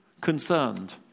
concerned